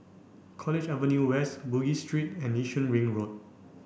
College Avenue West Bugis Street and Yishun Ring Road